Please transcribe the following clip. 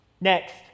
Next